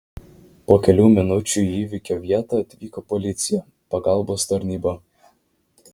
po kelių minučių į įvykio vietą atvyko policija pagalbos tarnyba